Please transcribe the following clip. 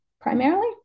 primarily